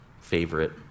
favorite